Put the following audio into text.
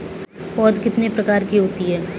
पौध कितने प्रकार की होती हैं?